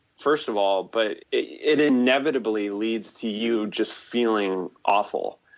first of all but it inevitably leads to you just feeling awful.